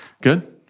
Good